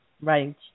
Right